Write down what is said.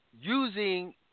using